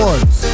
Ones